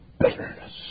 bitterness